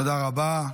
תודה רבה.